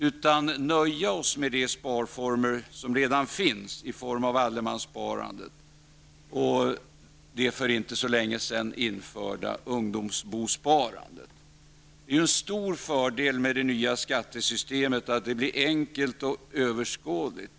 Vi bör nöja oss med de sparformer som redan finns i form av allemanssparandet och, det för inte så länge sedan införda, ungdomsbosparandet. En stor fördel med det nya skattesystemet är att det blir enkelt och överskådligt.